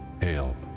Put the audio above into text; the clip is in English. Hail